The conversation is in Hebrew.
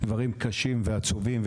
דברים קשים ועצובים.